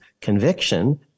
conviction